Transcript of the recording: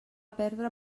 perdre